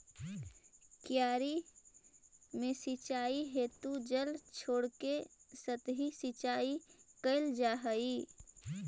क्यारी में सिंचाई हेतु जल छोड़के सतही सिंचाई कैल जा हइ